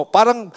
Parang